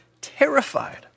terrified